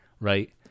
Right